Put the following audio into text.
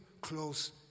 close